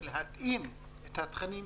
צריך להתאים את התכנים,